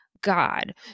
God